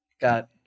got